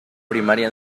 primaria